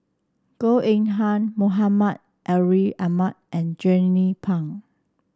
Goh Eng Han Muhammad Ariff Ahmad and Jernnine Pang